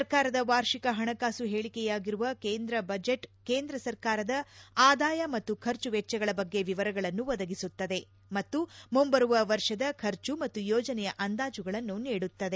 ಸರ್ಕಾರದ ವಾರ್ಷಿಕ ಹಣಕಾಸು ಹೇಳಿಕೆಯಾಗಿರುವ ಕೇಂದ್ರ ಬಜೆಟ್ ಕೇಂದ್ರ ಸರ್ಕಾರದ ಆದಾಯ ಮತ್ತು ಖರ್ಚು ವೆಚ್ಚಗಳ ಬಗ್ಗೆ ವಿವರಗಳನ್ನು ಒದಗಿಸುತ್ತದೆ ಮತ್ತು ಮುಂಬರುವ ವರ್ಷದ ಖರ್ಚು ಮತ್ತು ಯೋಜನೆಯ ಅಂದಾಜುಗಳನ್ನು ನೀಡುತ್ತದೆ